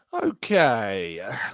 Okay